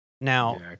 Now